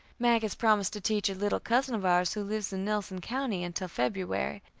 mag has promised to teach a little cousin of ours, who lives in nelson county, until february,